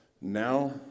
Now